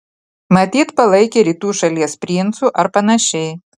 matyt palaikė rytų šalies princu ar panašiai